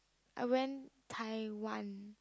I went Taiwan